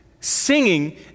singing